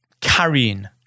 carrying